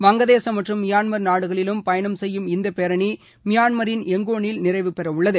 வங்கதேசம் மற்றம் மியான்மர் நாடுகளிலும் பயணம் செய்யும் இந்த பேரணி மியான்மரின் யங்கோனில் நிறைவுபெறவுள்ளது